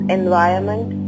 environment